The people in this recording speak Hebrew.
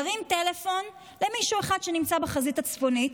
נרים טלפון למישהו אחד שנמצא בחזית הצפונית,